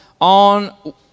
on